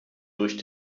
durch